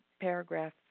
Paragraph